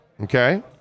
Okay